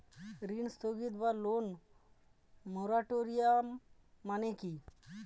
ঋণ স্থগিত বা লোন মোরাটোরিয়াম মানে কি?